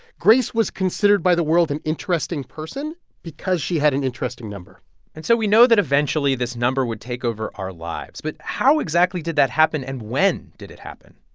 grace was considered by the world an interesting person because she had an interesting number and so we know that eventually, this number would take over our lives. but how exactly did that happen, and when did it happen?